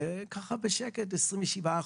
וככה בשקט 27 אחוזים,